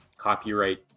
copyright